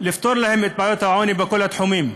לפתור להן את בעיות העוני בכל התחומים.